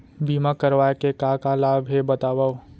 बीमा करवाय के का का लाभ हे बतावव?